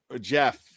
Jeff